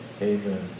Amen